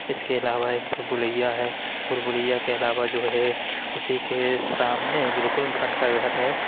اس کے علاوہ ایک بھول بھلیا ہے بھول بھلیا کے علاوہ جو ہے اسی کے سامنے بالکل گھنٹہ گھر ہے